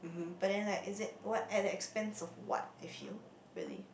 but then like is it what at the expense of what I feel really